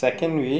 mm